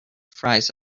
fries